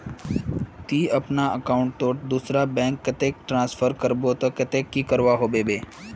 ती अगर अपना अकाउंट तोत दूसरा बैंक कतेक ट्रांसफर करबो ते कतेक की करवा होबे बे?